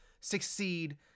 succeed